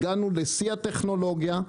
הגענו לשיא הטכנולוגיה,